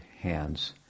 hands